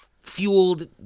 fueled